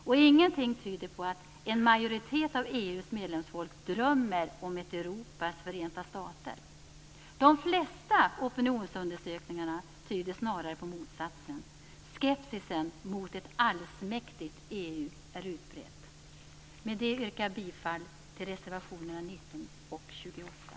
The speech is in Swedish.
Och ingenting tyder på att en majoritet av EU:s medlemsfolk drömmer om ett Europas förenta stater. De flesta opinionsundersökningar tyder snarare på motsatsen. Skepsisen mot ett allsmäktigt EU är utbredd. Med det anförda yrkar jag bifall till reservationerna 19 och 28.